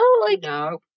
No